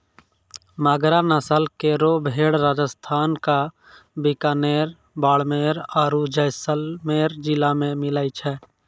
मगरा नस्ल केरो भेड़ राजस्थान क बीकानेर, बाड़मेर आरु जैसलमेर जिला मे मिलै छै